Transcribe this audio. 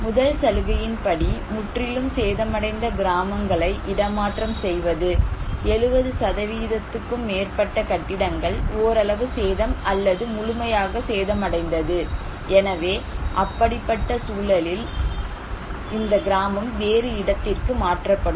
முதல் சலுகையின் படி முற்றிலும் சேதமடைந்த கிராமங்களை இடமாற்றம் செய்வது 70 க்கும் மேற்பட்ட கட்டிடங்கள் ஓரளவு சேதம் அல்லது முழுமையாக சேதமடைந்தது எனவே அப்படிப்பட்ட சூழலில் இந்த கிராமம் வேறு இடத்திற்கு மாற்றப்படும்